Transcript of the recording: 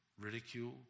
ridiculed